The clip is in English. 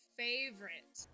favorite